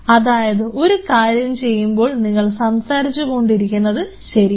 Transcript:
അതായത് ഒരു കാര്യം ചെയ്യുമ്പോൾ നിങ്ങൾ സംസാരിച്ചുകൊണ്ടിരിക്കുന്നത് ശരിയല്ല